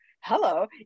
hello